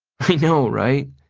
i know, right?